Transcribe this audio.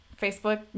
Facebook